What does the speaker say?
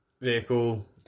Vehicle